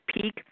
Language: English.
peak